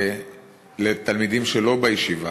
לתלמידים שלו בישיבה,